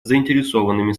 заинтересованными